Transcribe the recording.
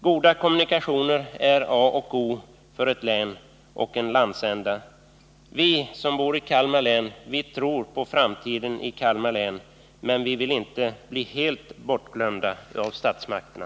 Goda kommunikationer är A och O för ett län och en landsända. Vi som bor i Kalmar län tror på framtiden där, men vi vill inte bli helt bortglömda av statsmakterna.